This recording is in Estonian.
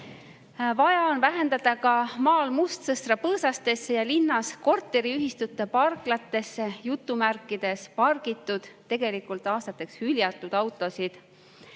Vaja on vähendada ka maal mustsõstrapõõsastesse ja linnas korteriühistute parklatesse "pargitud", tegelikult aastateks hüljatud autode